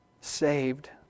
saved